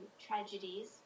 tragedies